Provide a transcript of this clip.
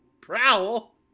Prowl